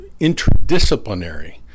interdisciplinary